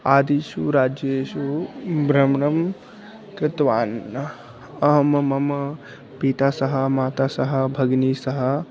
आदिषु राज्येषु भ्रमणं कृतवान् अहं मम पित्रा सह मात्रा सह भगिन्या सह